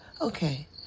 Okay